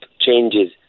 changes